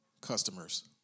customers